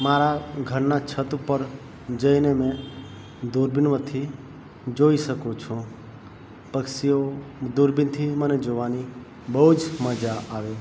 મારા ઘરનાં છત ઉપર જઈને મેં દૂરબીનોથી જોઈ શકું છું પક્ષીઓ દૂરબીનથી મને જોવાની બહુ જ મજા આવે